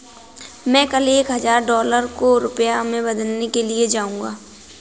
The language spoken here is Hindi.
मैं कल एक हजार डॉलर को रुपया में बदलने के लिए जाऊंगा